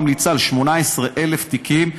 ממליצה על 18,000 תיקים,